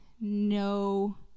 no